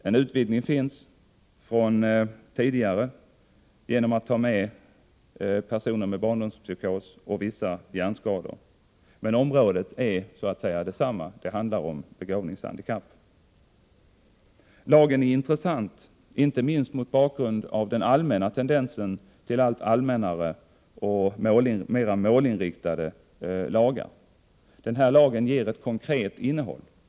En utvidgning har skett genom att man tar med personer med barndomspsykos och vissa hjärnskador, men området är så att säga detsamma. Det handlar om begåvningshandikapp. Lagen är intressant inte minst mot bakgrund av tendensen till allt allmännare och mera målinriktade lagar. Den här lagen har ett konkret innehåll.